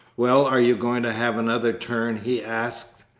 well, are you going to have another turn? he asked.